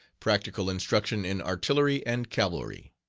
practical instruction in artillery and cavalry.